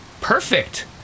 perfect